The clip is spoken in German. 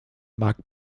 mark